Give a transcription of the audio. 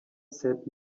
said